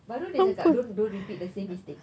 baru dia cakap don't don't repeat the same mistake